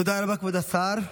תודה רבה, כבוד השר.